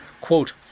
Quote